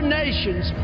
nations